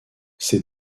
ses